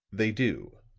they do,